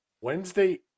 Wednesday